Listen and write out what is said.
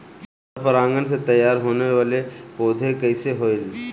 पर परागण से तेयार होने वले पौधे कइसे होएल?